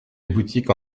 boutiques